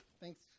Thanks